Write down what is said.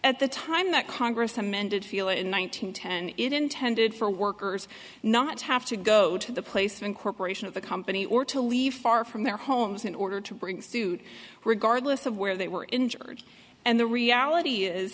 at the time that congress amended feel in one thousand ten it intended for workers not to have to go to the placement corporation of the company or to leave far from their homes in order to bring suit regardless of where they were injured and the reality is